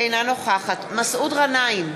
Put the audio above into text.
אינה נוכחת מסעוד גנאים,